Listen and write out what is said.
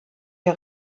der